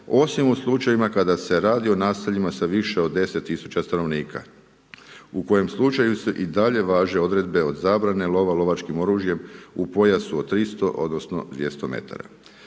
osim u slučajevima kada se radi o naseljima sa više od 10000 st. u kojem slučaju se i dalje važe odredbe od zabrane lova lovačkim oružjem u pojasu od 300 odnosno 200 m.